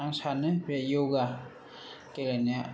आं सानो बे योगा गेलेनाया